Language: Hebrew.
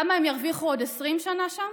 כמה הם ירוויחו עוד 20 שנה שם,